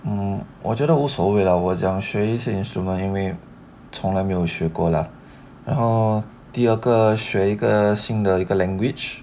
嗯我觉得无所谓 lah 我想学一些 instrument 因为从来没有学过 lah 然后第二个学一个新的一个 language